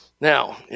Now